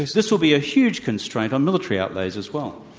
this this will be a huge constraint on military outlays as well.